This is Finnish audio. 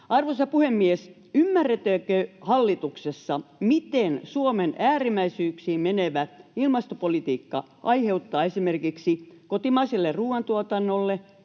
Arvoisa puhemies! Ymmärretäänkö hallituksessa, mitä Suomen äärimmäisyyksiin menevä ilmastopolitiikka aiheuttaa esimerkiksi kotimaiselle ruuantuotannolle,